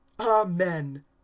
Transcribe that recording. Amen